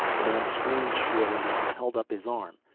the man screamed shrilly and held up his arm,